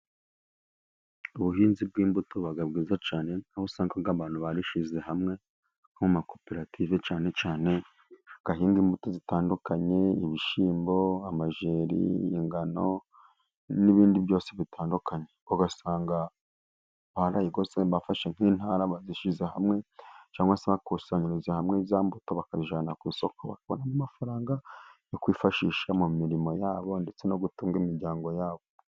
Ubuhinzi bw'imbuto buba bwiza cyane, aho usanga abantu barishize hamwe nko mu makoperative cyane cyane ahinga imbuto zitandukanye, ibishyimbo, amajeri n'ingano n'ibindi byose bitandukanye. Ugasanga barayigose bafashe nk'intara bazishyize hamwe cyangwa se bakusanyiririza hamwe za mbuto bakayijana ku isoko. Bakuramo amafaranga yo kwifashisha mu mirimo yabo ndetse no gutunga imiryango yabo.